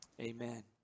Amen